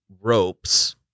ropes